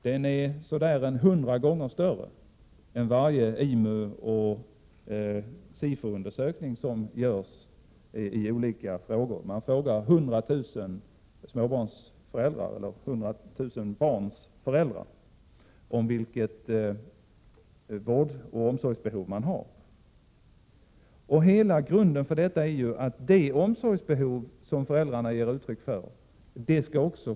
Den är ungefär hundra gånger större än de undersökningar som görs av IMU och SIFU i olika frågor. Man frågar 100 000 barns föräldrar om vilket vårdoch omsorgsbehov de har. Grundtanken är att kommun och stat skall planera efter det omsorgsbehov som föräldrarna ger uttryck för.